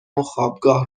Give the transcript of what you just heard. وخوابگاه